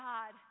God